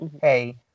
Hey